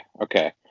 okay